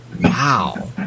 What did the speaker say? Wow